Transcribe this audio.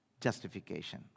justification